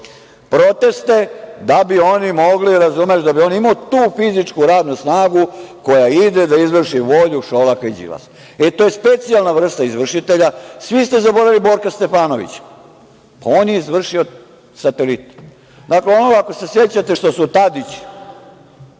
proteste da bi oni mogli, da bi on imao tu fizičku radnu snagu koja ide da izvrši volju Šolaka i Đilasa. To je specijalna vrsta izvršitelja. Svi ste zaboravili Borka Stefanovića. On je izvršio satelite. Ako se sećate što su Tadić,